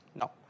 no